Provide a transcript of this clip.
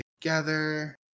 together